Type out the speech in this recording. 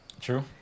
True